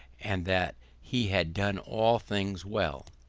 and that he had done all things well.